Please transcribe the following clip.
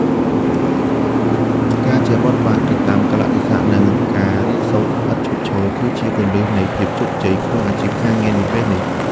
ការចេះបត់បែនទៅតាមកាលៈទេសៈនិងការរៀនសូត្រឥតឈប់ឈរ គឺជាគន្លឹះនៃភាពជោគជ័យក្នុងអាជីពការងារនាពេលនេះ។